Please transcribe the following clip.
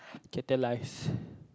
catalyse